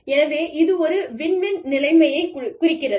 எனவே இது ஒரு வின் - வின் நிலைமையைக் குறிக்கிறது